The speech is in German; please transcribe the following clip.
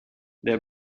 der